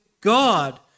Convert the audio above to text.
God